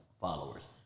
followers